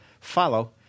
follow